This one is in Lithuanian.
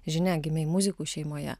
žinia gimei muzikų šeimoje